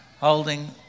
holding